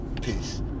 Peace